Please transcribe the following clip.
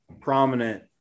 prominent